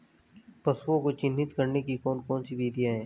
पशुओं को चिन्हित करने की कौन कौन सी विधियां हैं?